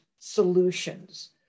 solutions